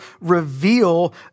reveal